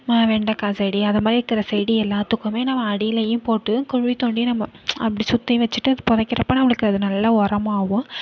வெண்டைக்கா செடி அந்த மாதிரி இருக்கிற செடி எல்லாத்துக்குமே நம்ம அடியிலேயும் போட்டு குழி தோண்டி நம்ம அப்படி சுற்றி வச்சிகிட்டு புதைக்கிற அப்போ அது நல்ல உரமாகும்